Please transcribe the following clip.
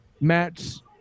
matt's